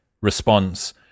response